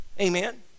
amen